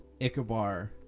Ichabar